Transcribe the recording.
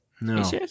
No